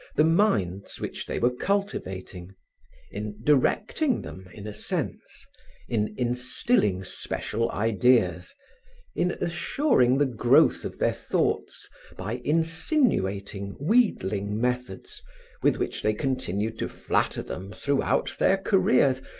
the minds which they were cultivating in directing them, in a sense in instilling special ideas in assuring the growth of their thoughts by insinuating, wheedling methods with which they continued to flatter them throughout their careers,